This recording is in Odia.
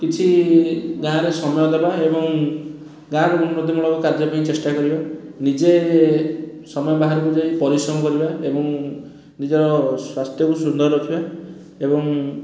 କିଛି ଗାଆଁରେ ସମୟ ଦେବା ଏବଂ ଗାଆଁର ଉନ୍ନତମୂଳକ କାର୍ଯ୍ୟ ପାଇଁ ଚେଷ୍ଟା କରିବା ନିଜେ ସମୟ ବାହାରକୁ ଯାଇ ନିଜେ ପରିଶ୍ରମ କରିବା ଏବଂ ନିଜର ସ୍ଵାସ୍ଥ୍ୟକୁ ସୁନ୍ଦର ରଖିବା ଏବଂ